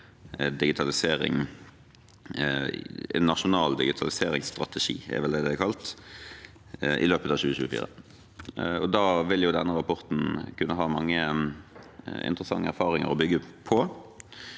en nasjonal digitaliseringsstrategi i løpet av 2024. Da vil denne rapporten kunne ha mange interessante erfaringer man kan bygge på,